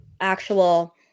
actual